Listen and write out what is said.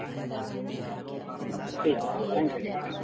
ٹھیک ہے sir thank you